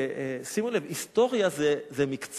שימו לב: היסטוריה זה מקצוע,